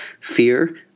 Fear